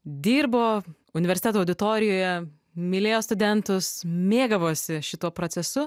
dirbo universiteto auditorijoje mylėjo studentus mėgavosi šituo procesu